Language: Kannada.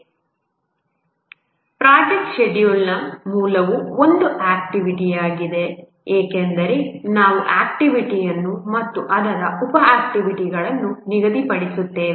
ಪ್ರಾಜೆಕ್ಟ್ ಷೆಡ್ಯೂಲಿಂಗ್ನ ಮೂಲವು ಒಂದು ಆಕ್ಟಿವಿಟಿಯಾಗಿದೆ ಏಕೆಂದರೆ ನಾವು ಆಕ್ಟಿವಿಟಿಯನ್ನು ಮತ್ತು ಅದರ ಉಪ ಆಕ್ಟಿವಿಟಿಗಳನ್ನು ನಿಗದಿಪಡಿಸುತ್ತೇವೆ